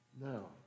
No